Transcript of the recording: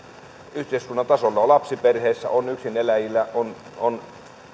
yhteiskunnan eri tasoilla on lapsiperheissä on yksineläjillä on on